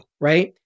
right